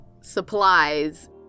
supplies